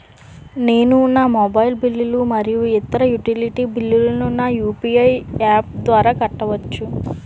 నేను నా మొబైల్ బిల్లులు మరియు ఇతర యుటిలిటీ బిల్లులను నా యు.పి.ఐ యాప్ ద్వారా కట్టవచ్చు